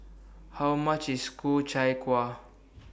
How much IS Ku Chai Kueh